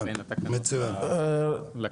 תודה.